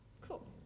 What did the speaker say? Cool